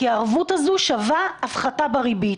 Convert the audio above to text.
כי הערבות הזאת שווה הפחתה בריבית.